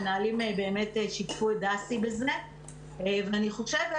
המנהלים באמת שיתפו את דסי בזה ואני חושבת